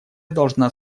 должна